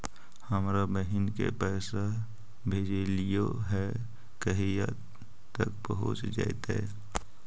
हमरा बहिन के पैसा भेजेलियै है कहिया तक पहुँच जैतै?